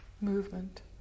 movement